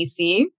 DC